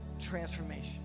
transformation